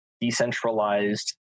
decentralized